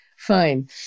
Fine